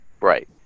Right